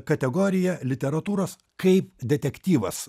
kategoriją literatūros kaip detektyvas